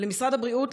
ולמשרד הבריאות,